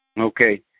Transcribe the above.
okay